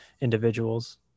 individuals